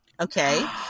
Okay